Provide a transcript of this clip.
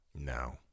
No